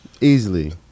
Easily